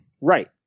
Right